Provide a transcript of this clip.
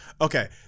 okay